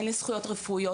אין לי זכויות רפואיות.